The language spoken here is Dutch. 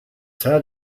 zuiden